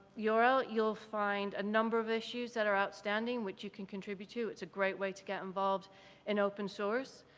yeah url you'll find a number of issues that are outstanding which you can contribute to it's a great way to get involved in open source.